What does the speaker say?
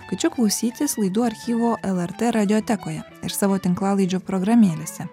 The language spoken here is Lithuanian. kviečia klausytis laidų archyvo lrt radiotekoje ir savo tinklalaidžių programėlėse